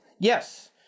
Yes